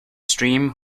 stream